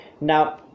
Now